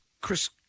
Chris